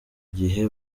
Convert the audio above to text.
gihe